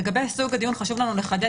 לגבי סוג הדיון חשוב לנו לחדד